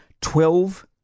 Twelve